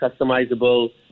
customizable